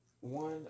one